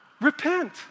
repent